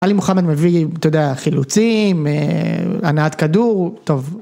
אלי מוחמד מביא אתה יודע, חילוצים, הנעת כדור, טוב.